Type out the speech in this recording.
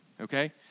okay